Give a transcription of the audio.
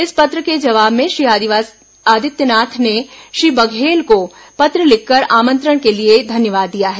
इस पत्र के जवाब में श्री आदित्यनाथ ने श्री बघेल को पत्र लिखकर आमंत्रण के लिए धन्यवाद दिया है